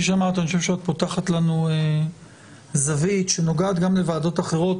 אני חושב שאת פותחת לנו זווית שנוגעת גם לוועדות אחרות.